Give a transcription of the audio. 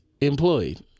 employed